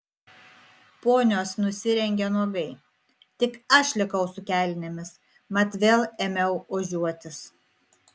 ponios nusirengė nuogai tik aš likau su kelnėmis mat vėl ėmiau ožiuotis